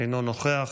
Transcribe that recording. אינו נוכח,